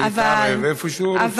להתערב איפה שהוא רוצה.